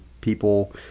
people